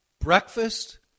breakfast